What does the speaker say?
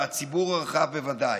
והציבור הרחב בוודאי,